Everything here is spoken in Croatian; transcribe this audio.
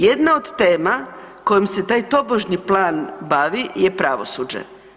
Jedna od tema kojom se taj tobožnji plan bavi je pravosuđe.